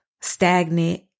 stagnant